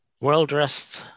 well-dressed